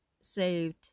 saved